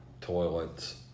toilets